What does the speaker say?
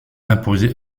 imposée